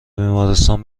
بیمارستان